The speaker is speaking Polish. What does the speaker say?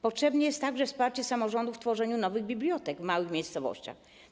Potrzebne jest także wsparcie samorządów w tworzeniu nowych bibliotek w małych miejscowościach.